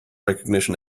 recognition